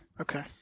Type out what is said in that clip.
Okay